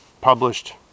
published